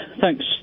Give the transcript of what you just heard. Thanks